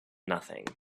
nothing